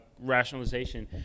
rationalization